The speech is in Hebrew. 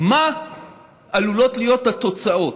מה עלולות להיות התוצאות.